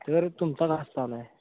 दर तुमचा कसा चालला आहे